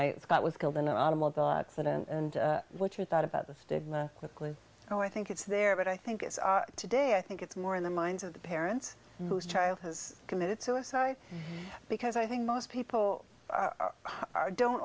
thought was killed in an automobile accident and what you thought about the stigma quickly oh i think it's there but i think it's today i think it's more in the minds of the parents whose child has committed suicide because i think most people are don't